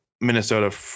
Minnesota